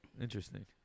interesting